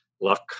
luck